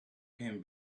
came